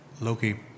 Loki